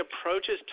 approaches